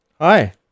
Hi